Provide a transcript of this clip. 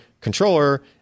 controller